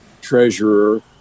treasurer